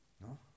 No